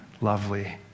lovely